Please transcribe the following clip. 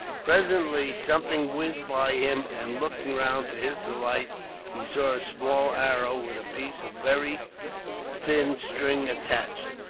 presently something whizzed by him, and looking round, to his delight he saw a small arrow, with a piece of very thin string attached.